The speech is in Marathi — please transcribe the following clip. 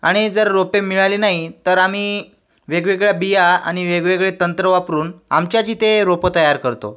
आणि जर रोपे मिळाली नाही तर आम्ही वेगवेगळ्या बिया आणि वेगवेगळे तंत्रं वापरुन आमच्याच इथे रोपं तयार करतो